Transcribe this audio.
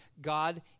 God